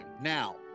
Now